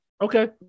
Okay